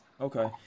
okay